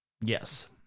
Yes